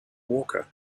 walker